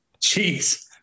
Jeez